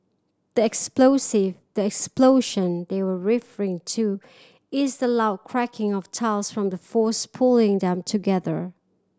the explosive the explosion they're referring to is the loud cracking of tiles from the force pulling them together